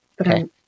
Okay